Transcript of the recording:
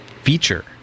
feature